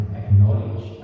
acknowledge